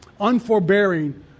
unforbearing